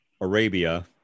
Arabia